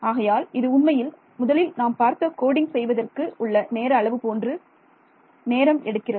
ஆகையால் இது உண்மையில் முதலில் நாம் பார்த்த கோடிங் செய்வதற்கு உள்ள நேர அளவு போன்று எடுக்கிறது நேரம் எடுக்கிறது